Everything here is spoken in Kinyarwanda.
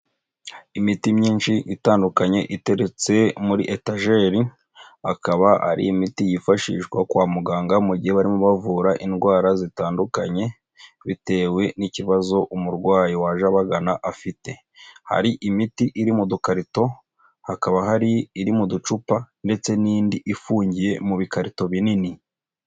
Imiti myinshi itandukanye iterutse muri etajeri, akaba ari imiti yifashishwa kwa muganga mu gihe barimo bavura indwara zitandukanye, bitewe n'ikibazo umurwayi waje abagana afite. Hari imiti iri mu dukarito, hakaba hari iri mu ducupa ndetse n'indi ifungiye mu bikarito binini.